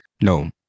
no